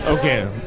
Okay